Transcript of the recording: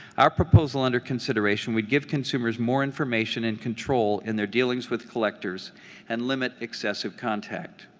our proposal under consideration would give consumers more information and control in their dealings with collectors and limit excessive contact.